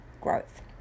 growth